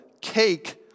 cake